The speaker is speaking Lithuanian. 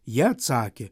jie atsakė